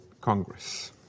Congress